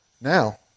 Now